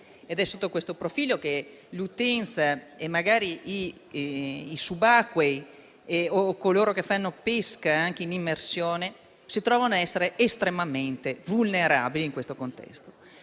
ed è sotto questo profilo che l'utenza, come i subacquei o coloro che fanno pesca in immersione, si trova ad essere estremamente vulnerabile in questo contesto.